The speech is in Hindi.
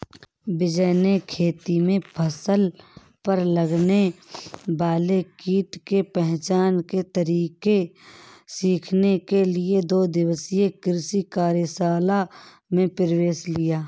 विजय ने खेती में फसल पर लगने वाले कीट के पहचान के तरीके सीखने के लिए दो दिवसीय कृषि कार्यशाला में प्रवेश लिया